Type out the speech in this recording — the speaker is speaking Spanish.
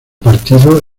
partido